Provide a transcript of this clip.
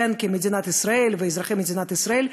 מדינת ישראל ואזרחי מדינת ישראל,